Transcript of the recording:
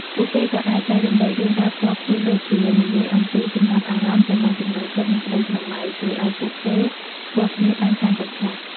ពួកគេក៏អាចចែករំលែករឿងរ៉ាវផ្ទាល់ខ្លួន ដូចជានិយាយអំពីចំណាប់អារម្មណ៍ ចំណង់ចំណូលចិត្ត និងក្តីស្រមៃ ជួយឱ្យពួកគេស្គាល់គ្នាបានកាន់តែច្បាស់។